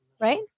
Right